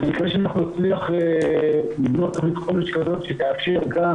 אני מקווה שאנחנו נצליח לבנות תוכנית חומש כזאת שתאפשר גם